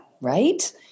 right